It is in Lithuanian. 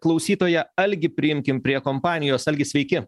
klausytoją algį priimkim prie kompanijos algi sveiki